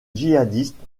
djihadistes